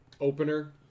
opener